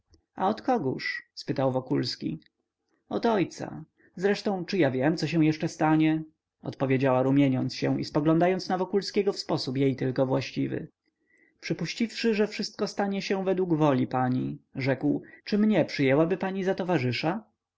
od kogóż spytał wokulski od ojca zresztą czy ja wiem co się jeszcze stanie odpowiedziała rumieniąc się i spoglądając na wokulskiego w sposób jej tylko właściwy przypuściwszy że wszystko stanie się według woli pani rzekł czy mnie przyjęłaby pani za towarzysza